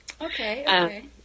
Okay